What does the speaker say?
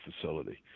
facility